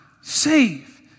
save